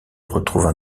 retrouvent